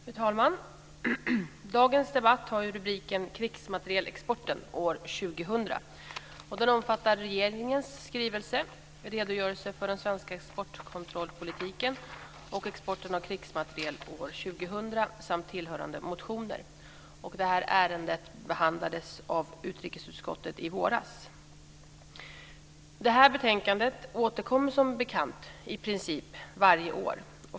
Fru talman! Dagens debatt har rubriken Krigsmaterielexporten år 2000 och omfattar regeringens skrivelse Redogörelse för den svenska exportkontrollpolitiken och exporten av krigsmateriel år 2000 samt tillhörande motioner. Detta ärende behandlades av utrikesutskottet i våras. Betänkandet återkommer som bekant i princip varje år.